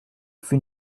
fut